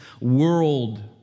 world